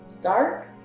dark